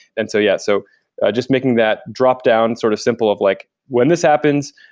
and so yeah, so just making that drop-down sort of simple of like, when this happens,